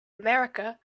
america